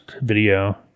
video